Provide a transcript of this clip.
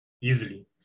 easily